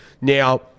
Now